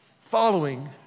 following